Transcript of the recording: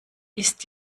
ist